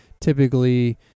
typically